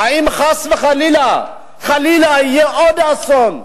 האם חס וחלילה יהיה עוד אסון,